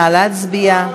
נא להצביע.